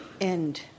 end